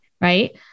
Right